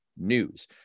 news